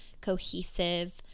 cohesive